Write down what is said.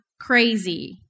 crazy